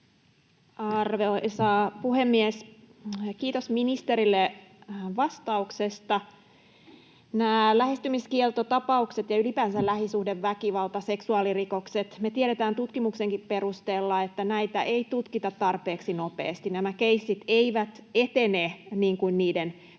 Arvoisa puhemies! Kiitos ministerille vastauksesta. Nämä lähestymiskieltotapaukset ja ylipäänsä lähisuhdeväkivalta ja seksuaalirikokset — me tiedetään tutkimuksenkin perusteella, että näitä ei tutkita tarpeeksi nopeasti. Nämä keissit eivät etene niin kuin